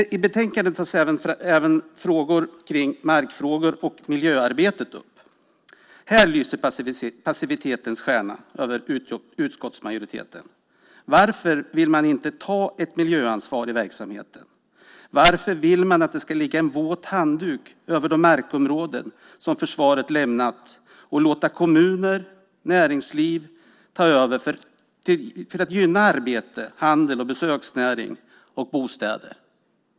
I betänkandet tas även markfrågor och frågor kring miljöarbetet upp. Här lyser dock passivitetens stjärna över utskottsmajoriteten. Varför vill man inte ta ett miljöansvar i verksamheten? Varför vill man att det ska ligga en våt handduk över de markområden som försvaret lämnat i stället för att låta kommuner och näringsliv ta över för att gynna arbete, handel, besöksnäring och bostäder?